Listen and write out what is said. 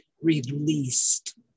released